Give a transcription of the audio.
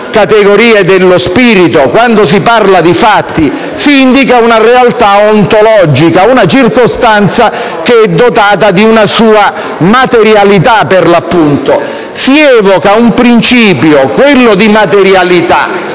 categorie dello spirito. Quando si parla di fatti si indica una realtà ontologica, una circostanza che è dotata di una sua materialità, per l'appunto; si evoca un principio, quello di materialità,